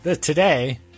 Today